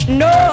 no